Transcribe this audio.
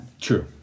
True